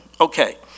Okay